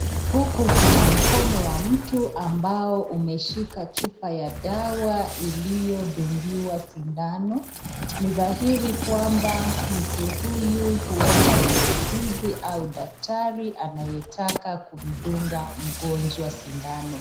Huku kuna mkono wa mtu ambao umeshika chupa ya dawa iliyodungiwa sindano. Ni dhahiri kwamba mtu huyu huenda ni muuguzi au daktari anayetaka kumdunga mgonjwa sindano.